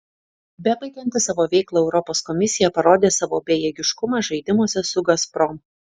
bebaigianti savo veiklą europos komisija parodė savo bejėgiškumą žaidimuose su gazprom